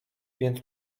więc